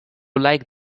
like